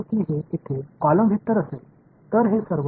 எனவே என்னால் இங்கே ஒரு நெடுவரிசை வெக்டர் பார்க்க முடியும்